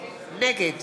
נגד